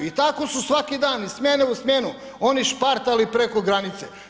I tako su svaki dan iz smjene u smjenu oni špartali preko granice.